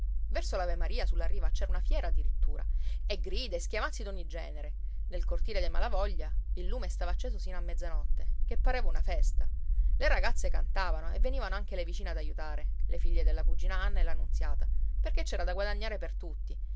capo verso l'avemaria sulla riva c'era una fiera addirittura e grida e schiamazzi d'ogni genere nel cortile dei malavoglia il lume stava acceso sino a mezzanotte che pareva una festa le ragazze cantavano e venivano anche le vicine ad aiutare le figlie della cugina anna e la nunziata perché c'era da guadagnare per tutti